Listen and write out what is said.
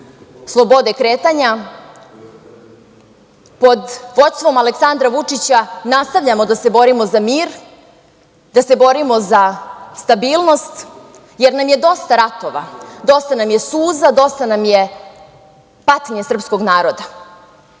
slobode kretanja, pod vodstvom Aleksandra Vučića nastavljamo da se borimo za mir, da se borimo za stabilnost, jer nam je dosta ratova, dosta nam je suza, dosta nam je patnje srpskog naroda.